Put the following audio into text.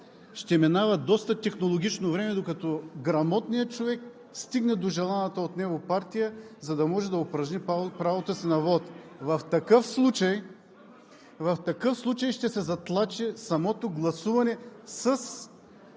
ще минава доста технологично време, докато грамотният човек стигне до желаната от него партия, за да може да упражни правото си на вот. В такъв случай ще се затлачи самото гласуване с